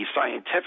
scientific